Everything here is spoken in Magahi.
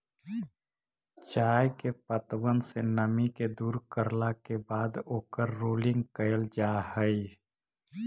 चाय के पत्तबन से नमी के दूर करला के बाद ओकर रोलिंग कयल जा हई